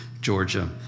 Georgia